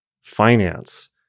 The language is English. finance